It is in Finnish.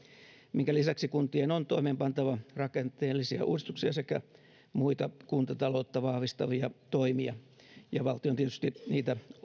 minkä lisäksi kuntien on toimeenpantava rakenteellisia uudistuksia sekä muita kuntataloutta vahvistavia toimia ja valtion tietysti niitä